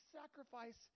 sacrifice